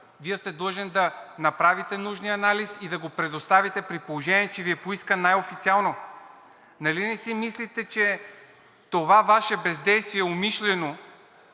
Вие сте длъжен да направите нужния анализ и да го предоставите, при положение че Ви е поискан най-официално. Нали не си мислите, че това Ваше бездействие – умишлено,